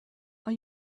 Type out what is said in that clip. are